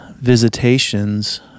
visitations